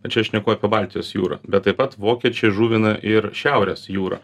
bet čia šneku apie baltijos jūrą bet taip pat vokiečiai žuvina ir šiaurės jūrą